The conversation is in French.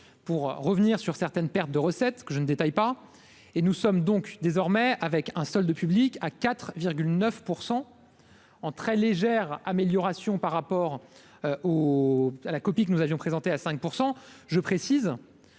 pour revenir sur certaines pertes de recettes que je ne détaille pas, et nous sommes donc désormais avec un solde public à 4 9 % en très légère amélioration par rapport au à la copie que nous avions présenté à 5 % je précise